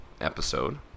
episode